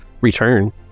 return